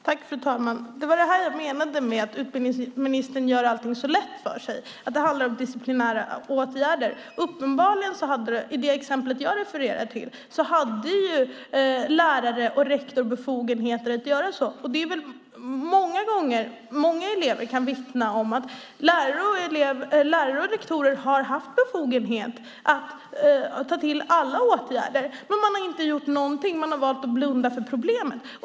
Fru talman! Det var det här jag menade med att utbildningsministern gör allting så lätt för sig, att det handlar om disciplinära åtgärder. Uppenbarligen hade i det exempel jag refererar till lärare och rektor befogenheter att göra så. Många elever kan vittna om att lärare och rektorer har haft befogenhet att ta till alla åtgärder, men man har inte gjort någonting. Man har valt att blunda för problemet.